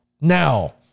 Now